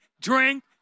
drink